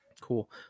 cool